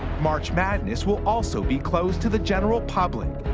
march madness will also be closed to the general public.